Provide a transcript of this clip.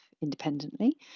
independently